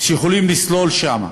לא יכולים לסלול שם,